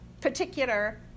particular